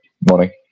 morning